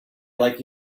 like